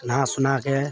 नहा सोनाके